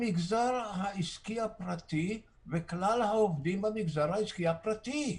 המגזר העסקי הפרטי וכלל העובדים במגזר העסקי הפרטי.